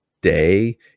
day